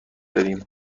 داریم